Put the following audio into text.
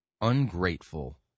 ungrateful